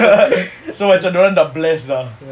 so macam dorang dah bless ah